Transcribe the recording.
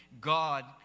God